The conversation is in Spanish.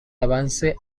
avance